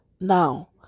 now